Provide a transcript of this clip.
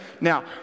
Now